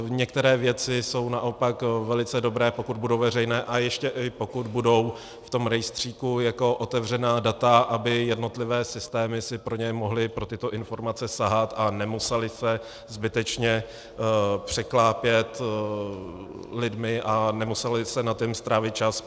Některé věci jsou naopak velice dobré, pokud budou veřejné a ještě pokud budou v tom rejstříku jako otevřená data, aby si jednotlivé systémy pro ně mohly, pro tyto informace, sahat a nemusely se zbytečně překlápět lidmi a nemusel by se nad tím strávit čas.